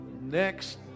next